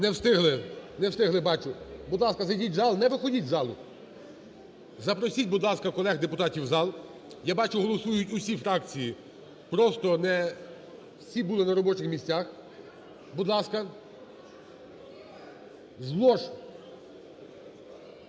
Не встигли, не встигли, бачу. Будь ласка, зайдіть в зал, не виходіть із залу. Запросіть, будь ласка, колег-депутатів в зал. Я бачу голосують всі фракції просто не всі були на робочих місцях. Будь ласка. З лож.